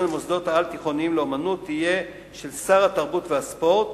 המוסדות העל-תיכוניים לאמנות תהיה של שר התרבות והספורט,